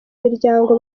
miryango